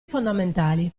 fondamentali